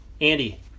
Andy